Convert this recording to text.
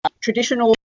traditional